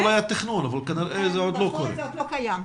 זה אולי התכנון אבל כנראה שזה עוד לא קורה.